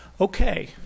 Okay